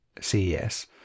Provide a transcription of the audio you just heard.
CES